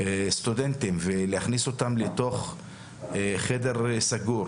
סטודנטים ולהכניס אותם לתוך חדר סגור,